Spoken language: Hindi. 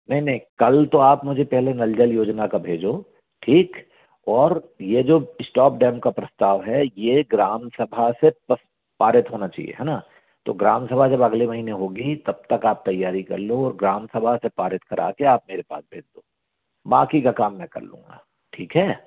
नहीं नहीं कल तो आप मुझे पहले नल जल योजना का भेजो ठीक और ये जो इस्टॉप डैम का प्रस्ताव है ये ग्राम सभा से प्रस पारित होना चाहिए है ना तो ग्राम सभा जब अगले महीने होगी तब तक आप तैयारी कर लो और ग्राम सभा के पारित करा के आप मेरे पास भेज दो बाकी का काम मैं कर लूंगा ठीक है